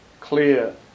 clear